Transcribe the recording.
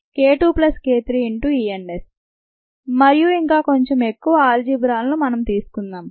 k1Et ESSk2k3ES మరియు ఇంకా కొంచెం ఎక్కువ అల్జీబ్రాను మనం తీసుకుంటున్నాం